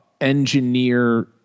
engineer